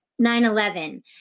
9-11